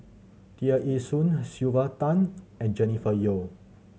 Tear Ee Soon Sylvia Tan and Jennifer Yeo